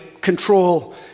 control